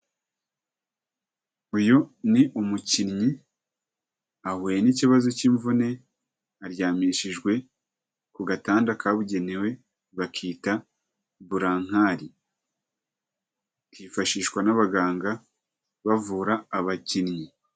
Uyu ni umukinnyi ahuye n'ikibazo cy'imvune. Aryamishijwe ku gatanda kabugenewe bakita burankari, kifashishwa n'abaganga bavura abakinnyi.